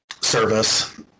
service